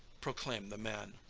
proclaim the man.